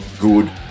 good